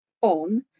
on